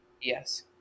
Yes